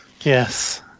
Yes